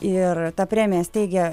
ir tą premiją steigia